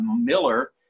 Miller